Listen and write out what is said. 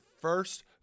first